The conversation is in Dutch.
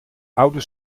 oude